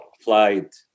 Flight